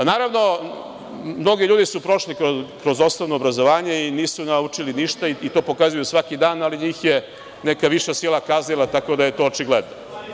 Naravno, mnogi ljudi su prošli kroz osnovno obrazovanje i nisu naučili ništa, to pokazuju svaki dan, ali njih je neka viša sila kaznila, tako da je to očigledno.